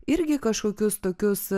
irgi kažkokius tokius